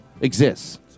exists